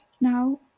now